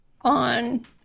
on